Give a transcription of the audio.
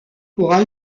pour